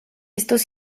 estos